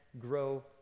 grow